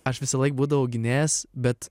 aš visąlaik būdavau gynėjas bet